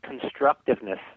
constructiveness